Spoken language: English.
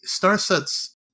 Starset's